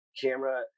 camera